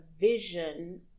vision